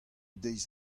deiz